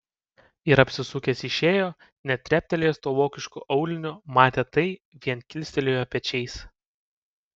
ir apsisukęs išėjo net treptelėjęs tuo vokišku auliniu matę tai vien kilstelėjo pečiais